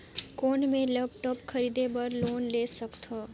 कौन मैं लेपटॉप खरीदे बर लोन ले सकथव?